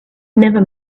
never